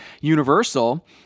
Universal